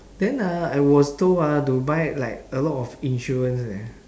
then ah I was told ah to buy like a lot of insurance leh